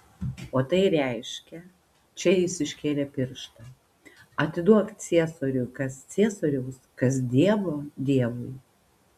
o tai reiškia čia jis iškėlė pirštą atiduok ciesoriui kas ciesoriaus kas dievo dievui